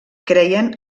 creien